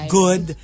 good